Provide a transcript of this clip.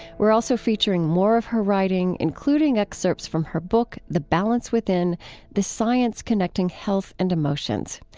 we're also featuring more of her writing, including excerpts from her book the balance within the science connecting health and emotions.